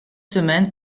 semaine